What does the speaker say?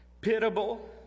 pitiable